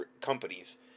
companies